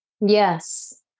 Yes